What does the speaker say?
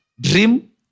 dream